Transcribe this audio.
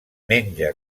menja